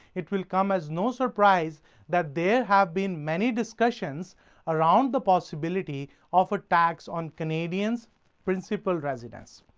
it will come as no surprise that there have been many discussions around the possibility of a tax on canadians' principal residences.